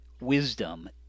wisdom